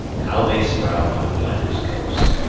how they sprout on the flanders coast.